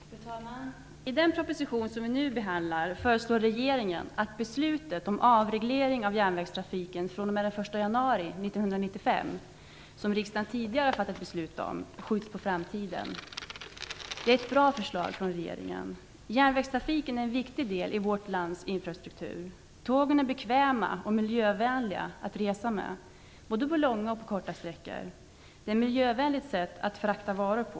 Fru talman! I den proposition som vi nu behandlar föreslår regeringen att den avreglering av järnvägstrafiken fr.o.m. den 1 januari 1995 som riksdagen tidigare har fattat beslut om skjuts på framtiden. Det är ett bra förslag från regeringen. Järnvägstrafiken är en viktig del av vårt lands infrastruktur. Tågen är bekväma och miljövänliga att resa med, både på långa och på korta sträckor. Det är ett miljövänligt sätt att frakta varor på.